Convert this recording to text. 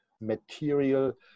material